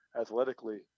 athletically